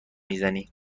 میزنی